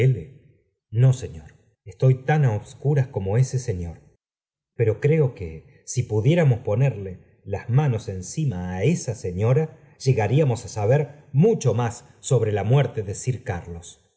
no señor estoy tan á obscuras como ese señor eero creo que si pudiéramos ponerle las manos encima á esa señora llegaríamos á saber muqho más sobre la muerte de sir carlos